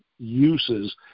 uses